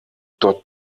dort